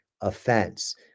offense